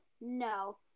no